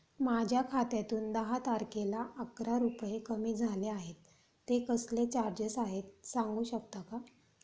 माझ्या खात्यातून दहा तारखेला अकरा रुपये कमी झाले आहेत ते कसले चार्जेस आहेत सांगू शकता का?